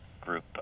group